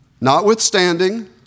Notwithstanding